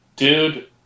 Dude